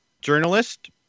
journalist